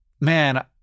Man